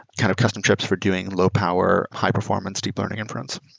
kind of custom trips for doing low-power, high-performance, departing inference.